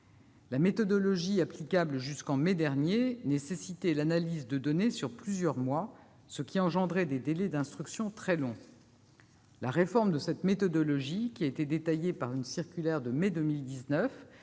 La méthodologie applicable jusqu'en mai dernier nécessitait l'analyse de données sur plusieurs mois, ce qui entraînait des délais d'instruction très longs. La réforme de cette méthodologie, qui a été détaillée par une circulaire de mai 2019,